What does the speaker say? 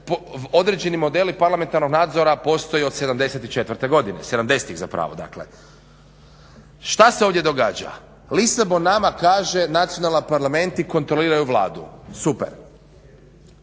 određeni modeli parlamentarnog nadzora postoje od '74. godine, 70-ih zapravo, dakle. Što se ovdje događa? Lisabon nama kaže nacionalni parlamenti kontroliraju Vladu. Super.